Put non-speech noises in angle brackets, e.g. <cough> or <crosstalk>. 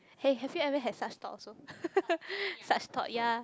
hey have you ever like had such thoughts also <laughs> such thoughts ya